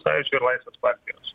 sąjūdžio ir laisvės partijos